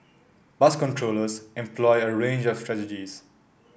bus controllers employ a range of strategies